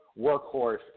workhorse